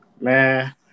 Man